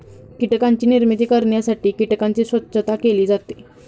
कीटकांची निर्मिती करण्यासाठी कीटकांची स्वच्छता केली जाते